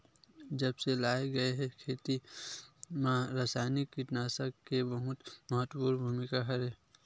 जब से लाए गए हे, खेती मा रासायनिक कीटनाशक के बहुत महत्वपूर्ण भूमिका रहे हे